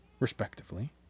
respectively